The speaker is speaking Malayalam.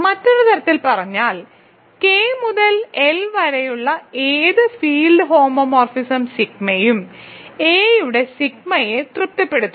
മറ്റൊരു തരത്തിൽ പറഞ്ഞാൽ കെ മുതൽ എൽ വരെയുള്ള ഏത് ഫീൽഡ് ഹോമോമോർഫിസം സിഗ്മയും എയുടെ സിഗ്മയെ തൃപ്തിപ്പെടുത്തുന്നു